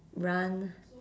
run